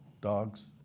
Dogs